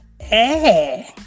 Hey